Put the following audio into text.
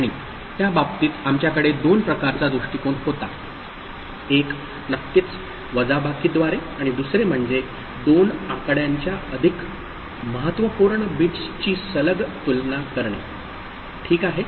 आणि त्या बाबतीत आमच्याकडे दोन प्रकारचा दृष्टिकोन होता एक नक्कीच वजाबाकीद्वारे आणि दुसरे म्हणजे दोन आकड्यांच्या अधिक महत्त्वपूर्ण बिट्सची सलग तुलना करणे ठीक आहे